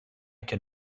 can